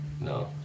No